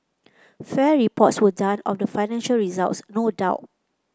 fair reports were done of the financial results no doubt